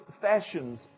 Fashions